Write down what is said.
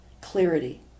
clarity